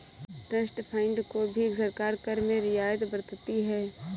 trust funds को भी सरकार कर में रियायत बरतती है